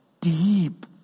deep